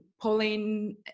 pauline